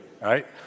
right